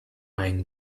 eyeing